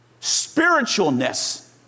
spiritualness